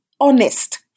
honest